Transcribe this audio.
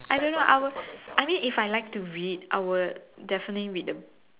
I don't know I was I mean if I like to read I would definitely read the